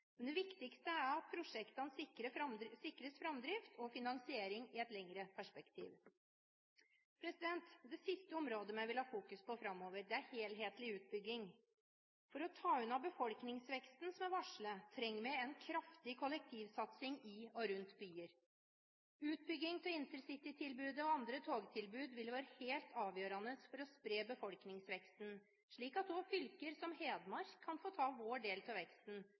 men det viktigste er at prosjektene sikres framdrift og finansiering i et lengre perspektiv. Det siste området vi vil ha fokus på framover, er helhetlig utbygging. For å ta unna befolkningsveksten som er varslet, trenger vi en kraftig kollektivsatsing i og rundt byer. Utbygging av intercitytilbudet og andre togtilbud vil være helt avgjørende for å spre befolkningsveksten, slik at også fylker som Hedmark kan få ta del i veksten og ikke minst avlaste det sentrale Oslo-området. Jeg er også opptatt av